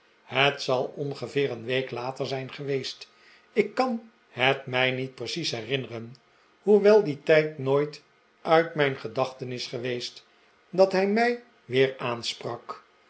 het zal ongeveer een week later zijn geweest ik kan het mij niet precies herinneren hoewel die tijd nooit uit mijn gedachten is geweest dat hij mij weer aansprak